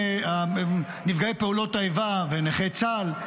נפגעי פעולות האיבה ונכי צה"ל,